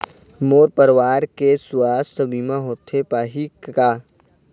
मोर परवार के सुवास्थ बीमा होथे पाही का?